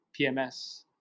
PMS